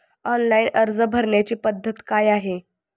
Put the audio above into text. Online अर्ज भरण्याची पद्धत काय आहे?